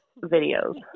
videos